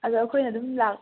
ꯑꯗꯣ ꯑꯩꯈꯣꯏꯅ ꯑꯗꯨꯝ